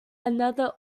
another